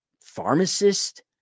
pharmacist